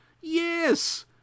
yes